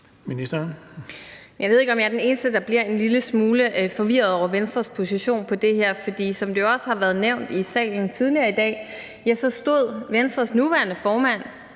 Jeg ved ikke, om jeg er den eneste, der bliver en lille smule forvirret over Venstres position på det her område. For som det også har været nævnt i salen tidligere i dag, stod Venstres nuværende formand,